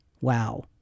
wow